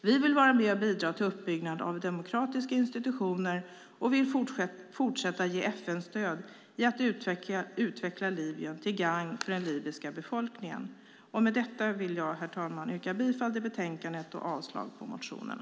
Vi vill vara med och bidra till uppbyggnad av demokratiska institutioner och fortsätta att ge FN stöd i att utveckla Libyen till gagn för den Libyska befolkningen. Med detta, herr talman, yrkar jag bifall till förslaget i betänkandet och avslag på motionerna.